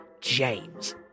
James